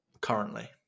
currently